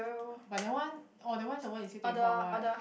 but that one orh that one somemore you say twenty four hour right